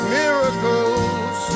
miracles